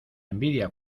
envidia